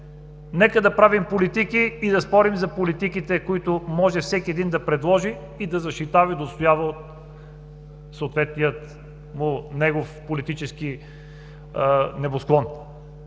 „Нека да правим политики и да спорим за политиките, които може всеки един да предложи, да защитава и да отстоява от съответния негов политически небосклон.“